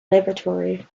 laboratory